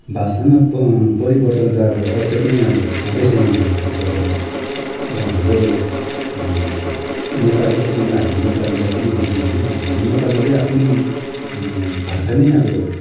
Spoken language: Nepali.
भाषामा प परिवर्तन त अब आवश्यक नै अब छँदैछ यहाँनिर त्यसै पनि अब हाम्रो नेपाली एक नम्बर हाम्रो नेपाली जातिमै हेऱ्यौँ भने हामीले नेपालीले आफ्नो भाषा नै अब